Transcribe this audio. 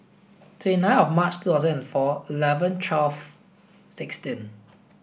twenty nine of March two thousand and four eleven twelve sixteen